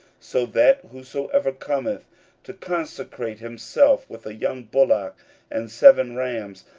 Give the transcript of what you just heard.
so that whosoever cometh to consecrate himself with a young bullock and seven rams,